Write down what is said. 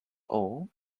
all